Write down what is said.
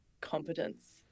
competence